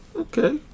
Okay